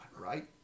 right